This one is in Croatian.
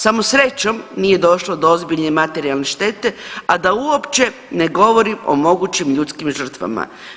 Samo srećom nije došlo do ozbiljne materijalne štete, a da uopće ne govorim o mogućim ljudskim žrtvama.